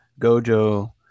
Gojo